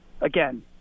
again